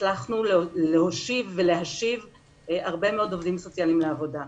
הצלחנו להושיב ולהשיב הרבה מאוד עובדים סוציאליים לעבודה.